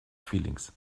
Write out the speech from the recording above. feelings